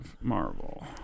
Marvel